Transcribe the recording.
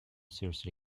seriously